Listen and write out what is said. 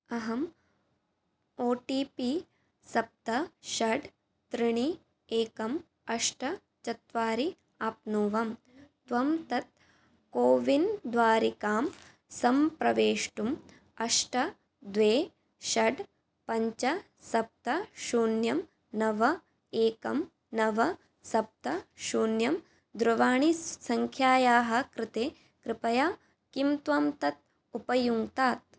अहम् O T P सप्त षट् त्रीणि एकम् अष्ट चत्वारि आप्नवं त्वं तत् कोविन् द्वारिकां सम्प्रवेष्टुम् अष्ट द्वे षट् पञ्च सप्त शून्यं नव एकं नव सप्त शून्यं दूरवाणीसङ्ख्यायाः कृते कृपया किं त्वं तत् उपयुङ्क्तात्